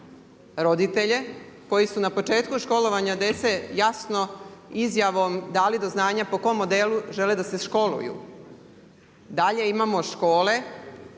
roditelje, koji su na početku školovanja djece jasno izjavom dali do znanja po kojem modelu žele da se školuju. Dalje, imamo škole,